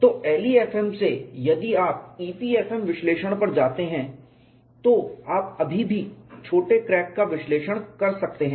तो LEFM से यदि आप EPFM विश्लेषण पर जाते हैं तो आप अभी भी छोटे क्रैक का विश्लेषण कर सकते हैं